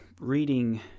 reading